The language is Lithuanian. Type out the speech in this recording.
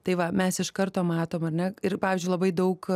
tai va mes iš karto matom ar ne ir pavyzdžiui labai daug